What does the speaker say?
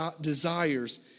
desires